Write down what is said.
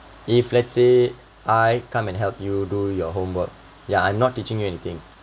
if let's say I come and help you do your homework ya I'm not teaching you anything